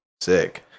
Sick